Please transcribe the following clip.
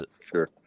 sure